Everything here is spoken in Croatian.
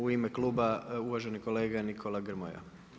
U ime kluba uvaženi kolega Nikola Grmoja.